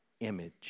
image